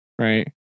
right